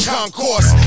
Concourse